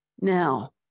Now